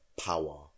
power